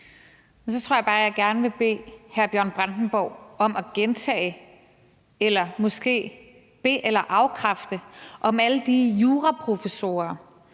Så tror jeg bare, jeg gerne vil bede hr. Bjørn Brandenborg om at gentage eller måske be- eller afkræfte, om alle de juraprofessorer